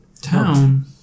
Town